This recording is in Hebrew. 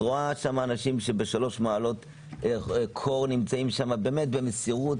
את רואה שם אנשים שבשלוש מעלות קור נמצאים שם במסירות,